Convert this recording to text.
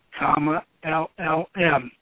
LLM